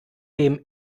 dem